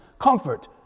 comfort